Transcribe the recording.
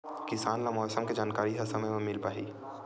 किसान ल मौसम के जानकारी ह समय म मिल पाही?